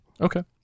Okay